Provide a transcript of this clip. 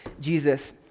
jesus